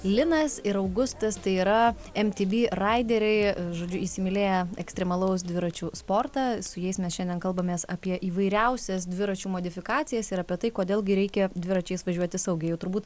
linas ir augustas tai yra emtyby raideriai žodžiu įsimylėję ekstremalaus dviračių sportą su jais mes šiandien kalbamės apie įvairiausias dviračių modifikacijas ir apie tai kodėl gi reikia dviračiais važiuoti saugiai jau turbūt